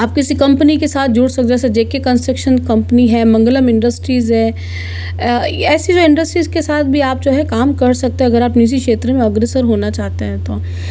आप किसी कंपनी के साथ जुड़ सके जैसे जे के कंस्ट्रक्शन कंपनी है मंगलम इंडस्ट्रीज़ है आ ऐसी जो इंडस्ट्रीज़ के साथ भी आप जो है काम कर सकते हो अगर आप निजी क्षेत्र में अग्रसर होना चाहते है तो